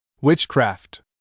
Witchcraft